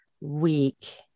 week